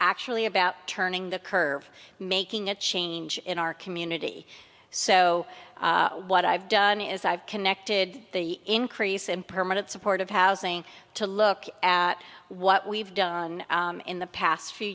actually about turning the curve making a change in our community so what i've done is i've connected the increase in permanent supportive housing to look at what we've done in the past few